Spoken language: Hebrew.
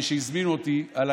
הזמינו אותי אליה,